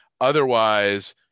Otherwise